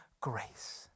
grace